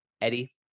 eddie